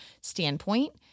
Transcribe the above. standpoint